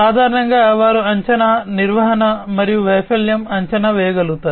సాధారణంగా వారు అంచనా నిర్వహణ మరియు వైఫల్యం అంచనా వేయగలుగుతారు